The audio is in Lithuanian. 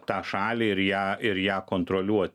tą šalį ir ją ir ją kontroliuoti